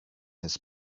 his